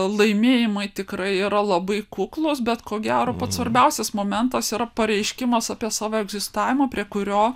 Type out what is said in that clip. laimėjimai tikrai yra labai kuklūs bet ko gero pats svarbiausias momentas yra pareiškimas apie savo egzistavimo prie kurio